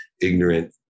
ignorant